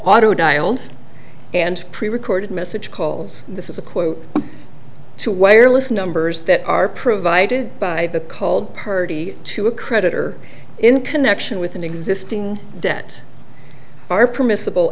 auto dialed and prerecorded message calls this is a quote to wireless numbers that are provided by the called party to a creditor in connection with an existing debt are permissible